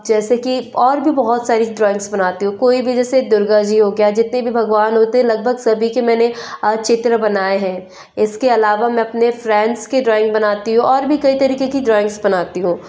जैसे कि और भी बहुत सारी ड्रॉइंग्स बनाती हूँ कोई भी जैसे दुर्गा जी हो गया जितनी भी भगवान होते हैं लगभग सभी के मैंने चित्र बनाए हैं इसके अलावा मैं अपने फ्रेंड्स के ड्रॉइंग बनाती हूँ और भी कई तरीके की ड्रॉइंग्स बनाती हूँ